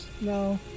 No